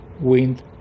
wind